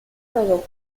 rodó